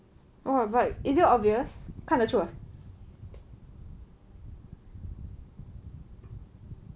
!wah! but is it obvious 看得出 ah